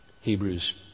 Hebrews